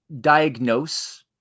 diagnose